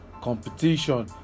competition